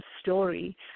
story